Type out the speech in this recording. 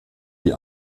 die